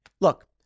look